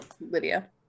Lydia